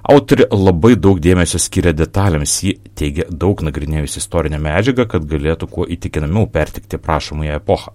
autorė labai daug dėmesio skiria detalėms ji teigia daug nagrinėjusi istorinę medžiagą kad galėtų kuo įtikinamiau perteikti aprašomąją epochą